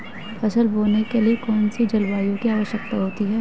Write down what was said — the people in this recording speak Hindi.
फसल बोने के लिए कौन सी जलवायु की आवश्यकता होती है?